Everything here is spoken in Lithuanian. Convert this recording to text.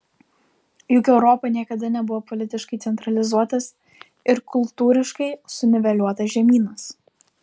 juk europa niekada nebuvo politiškai centralizuotas ir kultūriškai suniveliuotas žemynas